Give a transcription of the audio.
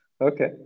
Okay